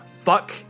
Fuck